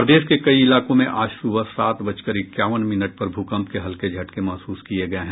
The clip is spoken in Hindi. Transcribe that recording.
प्रदेश के कई इलाकों में आज सुबह सात बजकर इक्यावन मिनट पर भूकंप के हल्के झटके महसूस किए गए हैं